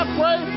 pray